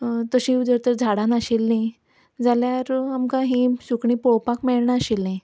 तशीं जर तर झाडां नाशिल्लीं जाल्यार आमकां हीं सुकणीं पळोवपाक मेळनाशिल्लीं